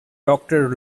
doctor